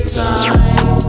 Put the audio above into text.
time